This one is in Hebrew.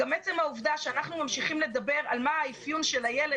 גם עצם העובדה שאנחנו ממשיכים לדבר על מה האפיון של הילד